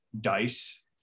dice